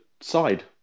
side